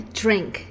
drink